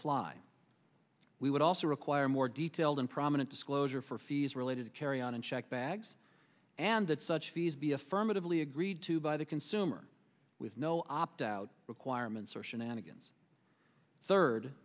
fly we would also require more detailed and prominent disclosure for fees related to carry on and check bags and that such fees be affirmatively agreed to by the consumer with no opt out requirements or shenanigans third